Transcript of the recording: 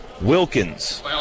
Wilkins